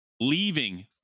leaving